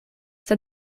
sed